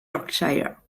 yorkshire